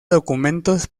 documentos